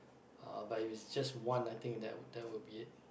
uh but if it's just one I think that would that would be it